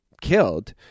killed